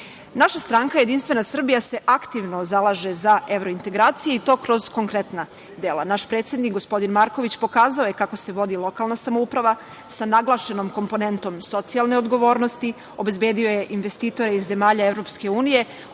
stranka JS se aktivno zalaže za evro integracije i to kroz konkretna dela. Naš predsednik gospodin Marković, pokazao je kako se vodi lokalna samouprava sa naglašenom komponentom socijalne odgovornosti. Obezbedio je investitore iz zemalja EU,